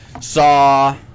saw